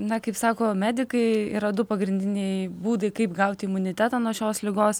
na kaip sako medikai yra du pagrindiniai būdai kaip gauti imunitetą nuo šios ligos